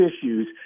issues